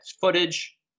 footage